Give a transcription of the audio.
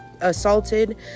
assaulted